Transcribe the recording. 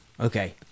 Okay